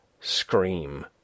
scream